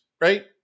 Right